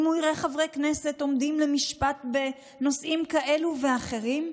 אם הוא יראה חברי כנסת עומדים למשפט בנושאים כאלה ואחרים,